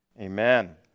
amen